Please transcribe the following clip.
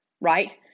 Right